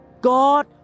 God